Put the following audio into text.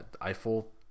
Eiffel